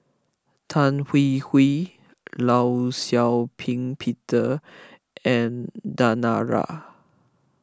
Tan Hwee Hwee Law Shau Ping Peter and Danara